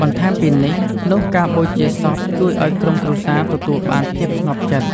បន្ថែមពីនេះនុះការបូជាសពជួយអោយក្រុមគ្រួសារទទួលបានភាពស្ងប់ចិត្ត។